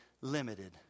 limited